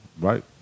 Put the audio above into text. right